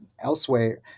elsewhere